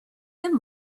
him